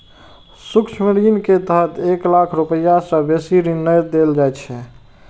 सूक्ष्म ऋण के तहत एक लाख रुपैया सं बेसी ऋण नै देल जाइ छै